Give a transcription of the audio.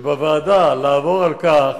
ובוועדה לעבור על כך